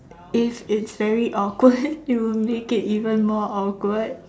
if it's very awkward you will make it even more awkward